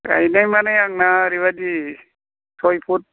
गायनाय माने आंना ओरैबादि सय फुट